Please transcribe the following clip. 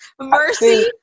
Mercy